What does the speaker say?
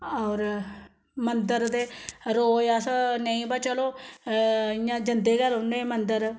होर मंदर ते रोज अस नेईं बो चलो इ'यां जंदे गै रौह्न्नें मंदर